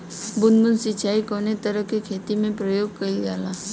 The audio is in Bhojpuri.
बूंद बूंद सिंचाई कवने तरह के खेती में प्रयोग कइलजाला?